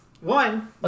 One